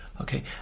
Okay